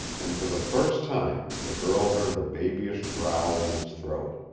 and for the first time the girl heard the babyish growl in his throat.